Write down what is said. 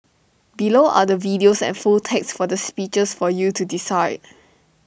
below are the videos and full text for the speeches for you to decide